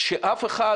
שאף אחד